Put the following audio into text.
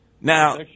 Now